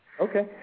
Okay